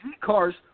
cars